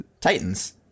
Titans